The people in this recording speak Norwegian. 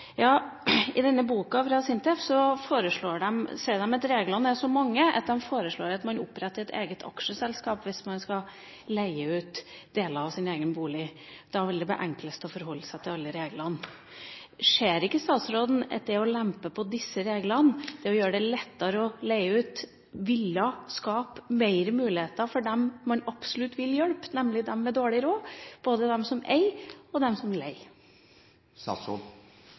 I denne boka fra SINTEF sier de at reglene er så mange at de foreslår at man oppretter et eget aksjeselskap hvis man skal leie ut deler av sin egen bolig. Da vil det bli enklest å forholde seg til alle reglene. Ser ikke statsråden at det å lempe på disse reglene, det å gjøre det lettere å leie ut, ville skapt flere muligheter for dem man absolutt vil hjelpe, nemlig dem med dårlig råd – både dem som eier, og dem som